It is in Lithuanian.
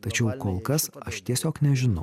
tačiau kol kas aš tiesiog nežinau